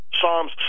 Psalms